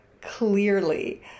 clearly